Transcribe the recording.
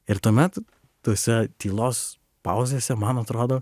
ir tuomet tose tylos pauzėse man atrodo